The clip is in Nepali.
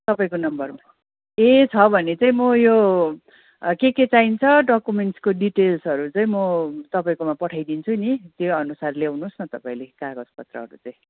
तपाईँको नम्बरमा ए छ भने चाहिँ म यो के के चाहिन्छ डकुमेन्ट्सको डिटेल्सहरू चाहिँ म तपाईँकोमा पठाइदिन्छु नि त्यहीअनुसार ल्याउनुहोस् न तपाईँले कागजपत्रहरू चाहिँ